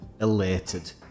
elated